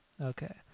Okay